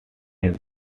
his